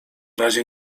razie